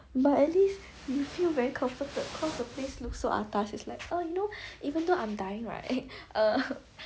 but at least you feel very comforted cause the place look so atas it's like oh you know even though I'm dying right eh err